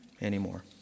anymore